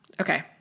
Okay